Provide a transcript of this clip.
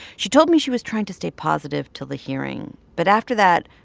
she told me she was trying to stay positive till the hearing, but after that,